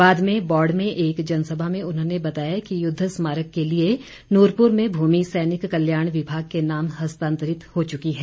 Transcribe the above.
बाद में बौड़ में एक जनसभा में उन्होंने बताया कि युद्ध स्मारक के लिए नूरपुर में भूमि सैनिक कल्याण विभाग के नाम हस्तांतरित हो चुकी है